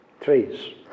trees